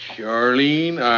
Charlene